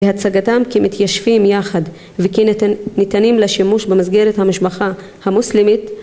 והצגתם כמתיישבים יחד וכניתנים לשימוש במסגרת המשפחה המוסלמית